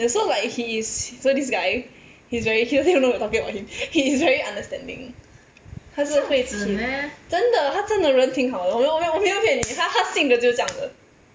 有时候 like he's so this guy he's very he don't even know we're talking about him he is very understanding 真的他真的人挺好我有我有我没有骗你他他性格就是这样子